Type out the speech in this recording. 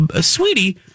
sweetie